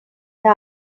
die